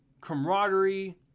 camaraderie